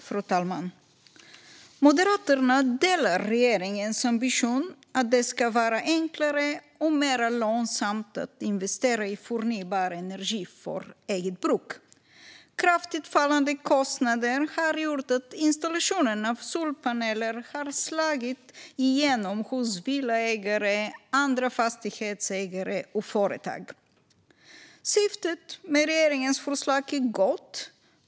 Fru talman! Moderaterna delar regeringens ambition att det ska vara enklare och mer lönsamt att investera i förnybar energi för eget bruk. Kraftigt fallande kostnader har gjort att installation av solpaneler har slagit igenom hos villaägare, andra fastighetsägare och företag. Syftet med regeringens förslag är gott.